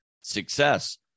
success